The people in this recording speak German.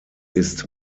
ist